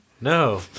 No